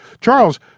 Charles